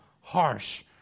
harsh